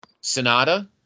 Sonata